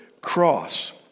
cross